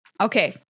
Okay